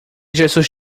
jesus